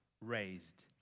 raised